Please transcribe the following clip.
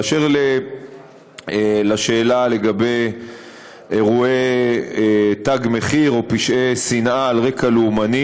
באשר לשאלה לגבי אירועי תג מחיר או פשעי שנאה על רקע לאומני: